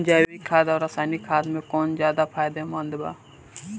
जैविक खाद आउर रसायनिक खाद मे कौन ज्यादा फायदेमंद बा?